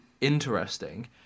interesting